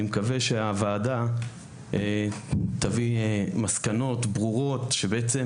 אני מקווה שהוועדה תביא מסקנות ברורות שבעצם